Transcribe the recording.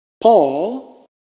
Paul